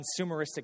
consumeristic